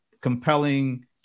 compelling